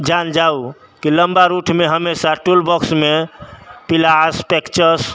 जान जाउ कि लम्बा रूटमे हमेशा टूल बॉक्समे पिलास पेचकस